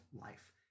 life